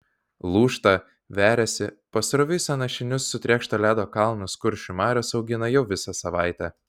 lūžta veriasi pasroviui sąnašinius sutrėkšto ledo kalnus kuršių marios augina jau visą savaitę